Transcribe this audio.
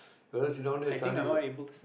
ya then sit down there and studies lah